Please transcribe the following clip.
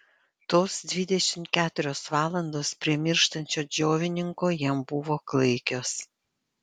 tos dvidešimt keturios valandos prie mirštančio džiovininko jam buvo klaikios